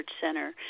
center